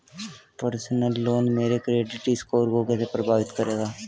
Personal loan मेरे credit score को कैसे प्रभावित करेगा?